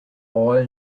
all